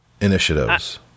initiatives